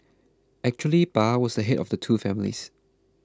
actually Pa was the head of two families